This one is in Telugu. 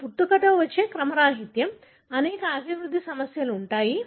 ఇది పుట్టుకతో వచ్చే క్రమరాహిత్యం అనేక అభివృద్ధి సమస్యలు ఉన్నాయి